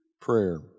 prayer